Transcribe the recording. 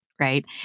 right